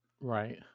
Right